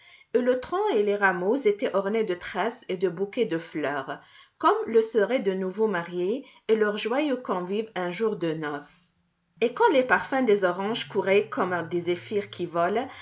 et le tronc et les rameaux étaient ornés de tresses et de bouquets de fleurs comme le seraient de nouveaux mariés et leurs joyeux convives un jour de noces et quand les parfums des oranges couraient comme des zéphyrs qui volent